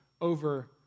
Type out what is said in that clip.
over